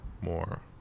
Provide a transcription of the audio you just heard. more